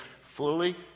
fully